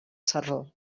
sarró